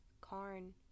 Karn